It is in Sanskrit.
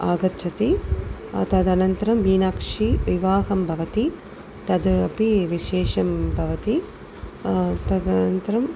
आगच्छति तदनन्तरं मीनाक्षीविवाहं भवति तद् अपि विशेषं भवति तद् अनन्तरम्